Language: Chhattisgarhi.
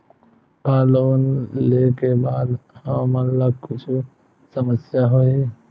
का लोन ले के बाद हमन ला कुछु समस्या होही?